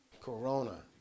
Corona